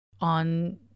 on